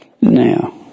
Now